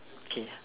okay